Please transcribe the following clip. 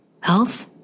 health